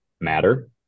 matter